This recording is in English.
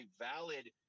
valid